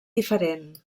diferent